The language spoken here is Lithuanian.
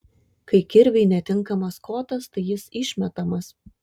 kai kirviui netinkamas kotas tai jis išmetamas